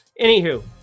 Anywho